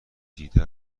دیده